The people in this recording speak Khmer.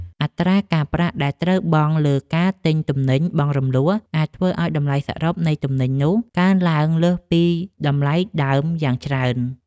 អត្រាការប្រាក់ដែលត្រូវបង់លើការទិញទំនិញបង់រំលស់អាចធ្វើឱ្យតម្លៃសរុបនៃទំនិញនោះកើនឡើងលើសពីតម្លៃដើមយ៉ាងច្រើន។